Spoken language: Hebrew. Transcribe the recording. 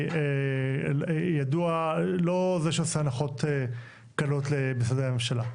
ואני ידוע לא זה שעושה הנחות קלות למשרדי הממשלה.